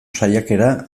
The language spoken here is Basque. saiakera